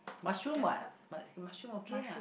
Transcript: mushroom [what] but mushroom okay ah